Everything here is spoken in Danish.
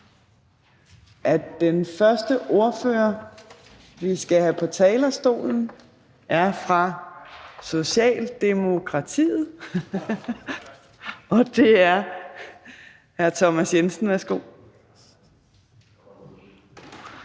Den første ordfører, vi skal have på talerstolen, er fra Socialdemokratiet, og det er hr. Thomas Jensen. Værsgo.